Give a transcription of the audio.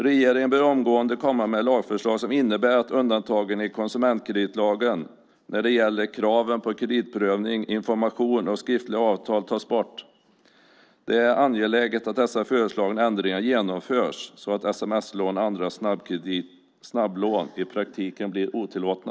Regeringen bör omgående komma med lagförslag som innebär att undantagen i konsumentkreditlagen när det gäller kraven på kreditprövning, information och skriftliga avtal tas bort. Det är angeläget att dessa föreslagna ändringar genomförs så att sms-lån och andra snabblån i praktiken blir otillåtna.